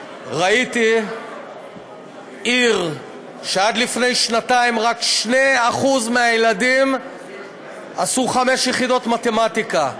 ראיתי עיר שעד לפני שנתיים רק 2% מהילדים עשו בה חמש יחידות במתמטיקה.